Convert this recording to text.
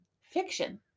fiction